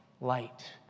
light